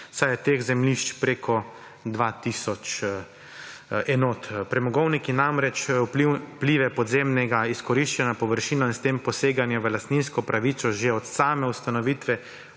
saj je teh zemljišč preko 2 tisoč enot. Premogovniki namreč vplive podzemnega izkoriščanja površin in s tem poseganja v lastninsko pravico že od same ustanovitve